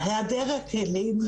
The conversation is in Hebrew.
להיעדר כלים,